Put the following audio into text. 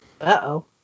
Uh-oh